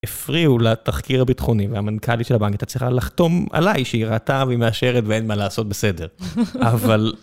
הפריעו לתחקיר הביטחוני והמנכ"לית של הבנק הייתה צריכה לחתום עליי שהיא ראתה והיא מאשרת ואין מה לעשות בסדר, אבל.